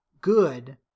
Good